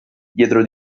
dietro